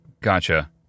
Gotcha